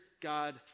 God